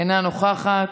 אינה נוכחת,